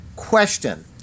question